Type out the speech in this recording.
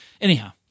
Anyhow